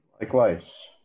Likewise